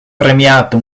premiato